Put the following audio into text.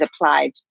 applied